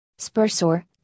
spursor